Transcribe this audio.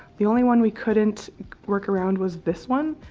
the only one we couldn't work around was this one,